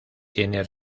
tiene